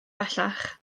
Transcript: bellach